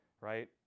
right